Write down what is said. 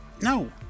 no